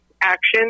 action